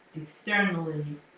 externally